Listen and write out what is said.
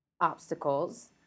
obstacles